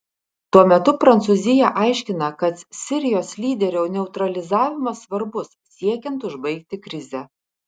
tuo metu prancūzija aiškina kad sirijos lyderio neutralizavimas svarbus siekiant užbaigti krizę